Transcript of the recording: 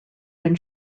when